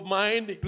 mind